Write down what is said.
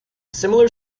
similar